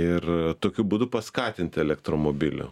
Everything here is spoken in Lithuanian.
ir tokiu būdu paskatinti elektromobilių